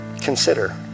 consider